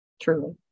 Truly